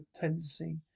tendency